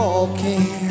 Walking